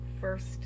first